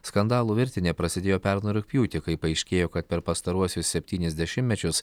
skandalų virtinė prasidėjo pernai rugpjūtį kai paaiškėjo kad per pastaruosius septynis dešimtmečius